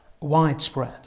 Widespread